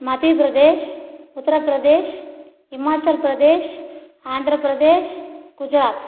Madhya Pradesh Uttar Pradesh Himachal Pradesh Andhra Pradesh Gujarat